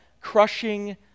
crushing